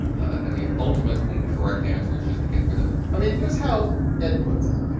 and the ultimately correct answer is just to get rid of it i mean, here's how ed puts it.